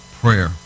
Prayer